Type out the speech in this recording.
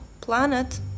planet